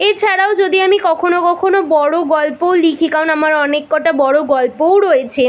এছাড়াও যদি আমি কখনো কখনো বড়ো গল্পও লিখি কারণ আমার অনেককটা বড়ো গল্পও রয়েছে